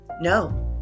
No